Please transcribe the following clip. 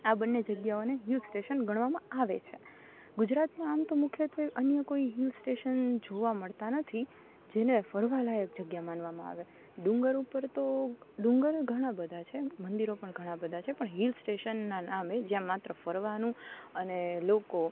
આ બંને જગ્યાઓને હિલ સ્ટેશન ગણવામાં આવે છે ગુજરાતમાં આમ તો મુખ્યત્વે અન્ય કોઈ હિલ સ્ટેશન જોવા મળતા નથી જેને ફરવા લાયક જગ્યા માનવામાં આવે ડુંગર ઉપર તો ડુંગરો ઘણાં બધાં છે મંદિરો પણ ઘણાં બધાં છે પણ હિલ સ્ટેશનના નામે જ્યાં માત્ર ફરવાનું અને લોકો